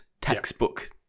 textbook